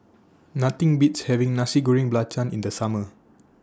Nothing Beats having Nasi Goreng Belacan in The Summer